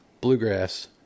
bluegrass